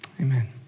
Amen